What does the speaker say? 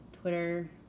Twitter